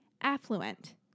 Affluent